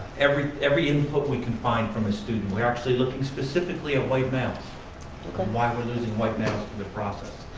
every every input we can find from a student. we're actually looking specifically at white males and like um why we're losing white males in the process.